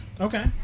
Okay